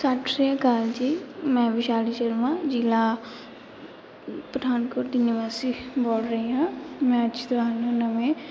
ਸਤਿ ਸ਼੍ਰੀ ਅਕਾਲ ਜੀ ਮੈਂ ਵਿਸ਼ਾਲੀ ਸ਼ਰਮਾ ਜ਼ਿਲ੍ਹਾ ਪਠਾਨਕੋਟ ਦੀ ਨਿਵਾਸੀ ਬੋਲ ਰਹੀ ਹਾਂ ਮੈਂ ਅੱਜ ਤੁਹਾਨੂੰ ਨਵੇਂ